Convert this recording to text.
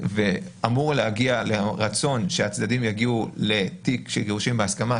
ואמור להביא לרצון של הצדדים להגיע לתיק של גירושין בהסכמה,